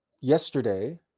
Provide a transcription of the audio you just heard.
yesterday